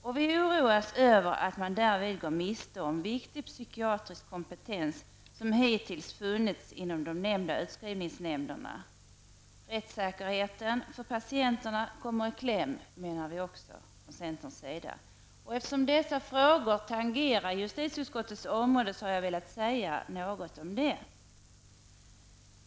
Vi är oroade över att man därvid går miste om den viktiga psykiatriska kompetens som hittills funnits i utskrivningsnämnderna. Vi i centern menar även att rättssäkerheten för patienterna kommer i kläm. Eftersom dessa frågor tagnerar justitieutskottets område har jag velat säga något om dem.